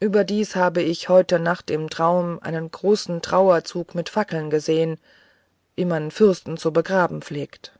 überdies habe ich heute nacht im traum einen großen trauerzug mit fackeln gesehen wie man fürsten zu begraben pflegt